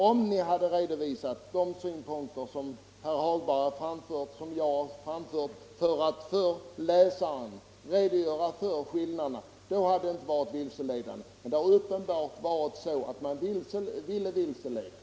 Om ni hade redovisat de siffror som herr Hagberg framfört och de som jag framfört för att för läsaren klargöra skillnaderna, hade det inte varit vilseledande. Men syftet har uppenbart varit att vilseleda.